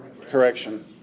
correction